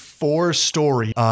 four-story